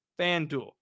FanDuel